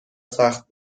سخت